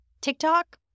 TikTok